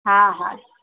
हा हा